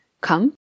come